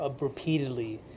repeatedly